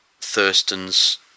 Thurston's